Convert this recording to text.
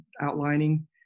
outlining